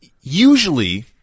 Usually